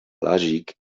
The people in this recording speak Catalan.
lògic